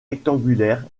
rectangulaire